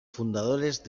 fundadores